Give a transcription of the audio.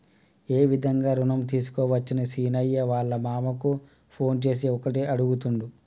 ఏ విధంగా రుణం తీసుకోవచ్చని సీనయ్య వాళ్ళ మామ కు ఫోన్ చేసి ఒకటే అడుగుతుండు